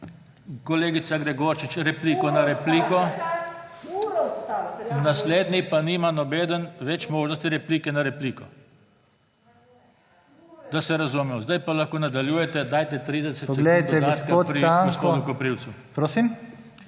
kolegica Gregorčič repliko na repliko, naslednji pa nima nihče več možnosti replike na repliko. Da se razumemo. Zdaj pa lahko nadaljujete. Dajte 30 sekund dodatka pri gospodu Koprivcu.